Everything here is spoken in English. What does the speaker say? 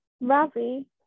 Ravi